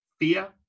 fear